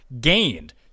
gained